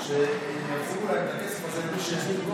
הזמנים שיחזירו את הכסף הזה למי שהזמין קודם,